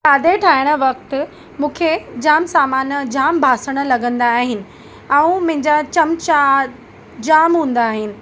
खाधे ठाहिणु वक़्तु मूंखे जामु सामान जामु बासण लॻंदा आहिनि ऐं मुंहिंजा चमचा जामु हूंदा आहिनि